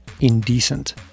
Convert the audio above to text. indecent